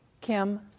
Kim